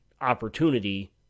opportunity